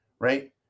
right